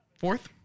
Fourth